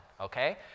okay